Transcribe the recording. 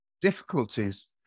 difficulties